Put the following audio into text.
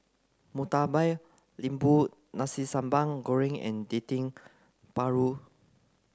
Murtabak Lembu Nasi Sambal Goreng and Dendeng Paru